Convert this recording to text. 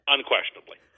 Unquestionably